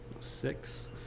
six